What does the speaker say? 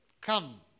come